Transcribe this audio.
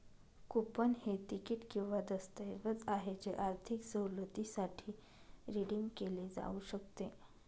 coupon हे तिकीट किंवा दस्तऐवज आहे जे आर्थिक सवलतीसाठी रिडीम केले जाऊ शकते